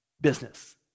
business